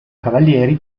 cavalieri